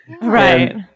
Right